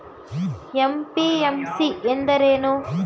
MPMC ಎಂದರೇನು?